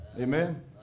Amen